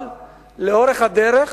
אבל לאורך הדרך